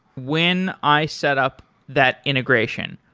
when i set up that integration,